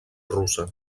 russa